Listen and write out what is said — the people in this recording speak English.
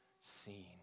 seen